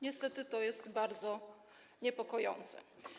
Niestety to jest bardzo niepokojące.